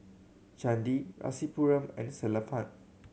Chandi Rasipuram and Sellapan